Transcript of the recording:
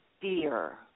fear